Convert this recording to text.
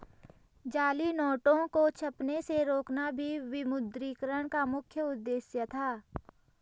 जाली नोटों को छपने से रोकना भी विमुद्रीकरण का मुख्य उद्देश्य था